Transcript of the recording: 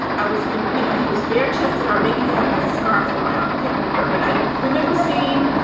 i was you know, he was bare chested or maybe he had a scarf around. i can't remember. but i remember seeing,